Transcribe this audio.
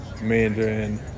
Mandarin